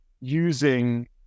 using